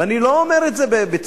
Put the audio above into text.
ואני לא אומר את זה בציניות.